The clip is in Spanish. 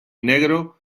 negro